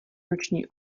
noční